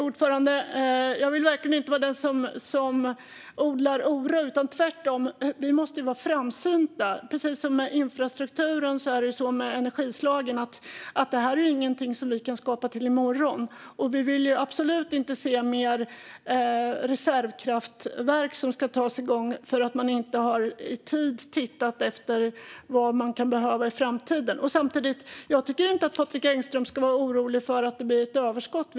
Fru talman! Jag vill verkligen inte vara den som odlar oro, utan jag tycker tvärtom att vi måste vara framsynta. Det är med energislagen precis som med infrastrukturen; det här är ingenting som vi kan skapa till i morgon. Vi vill absolut inte se fler reservkraftverk som sätts igång för att man inte i tid har tittat efter vad man kan behöva i framtiden. Samtidigt tycker jag inte att Patrik Engström ska vara orolig för att det blir ett överskott.